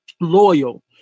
loyal